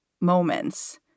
moments